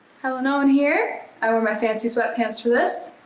helen owen here, i wore my fancy sweatpants for this.